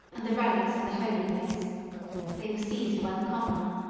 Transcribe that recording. and the relics of the holy place they were seized by the conqueror,